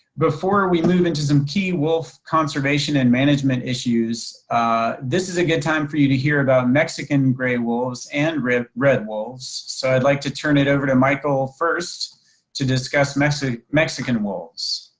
before we move into some key wolf conservation and management issues this is a good time for you to hear about mexican gray wolves and red red wolves. so i'd like to turn it over to michael first to discuss mexican wolves.